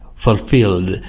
fulfilled